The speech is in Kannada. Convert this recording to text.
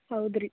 ಹೌದು ರೀ